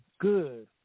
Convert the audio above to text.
good